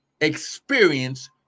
experience